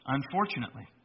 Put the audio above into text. Unfortunately